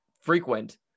frequent